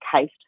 case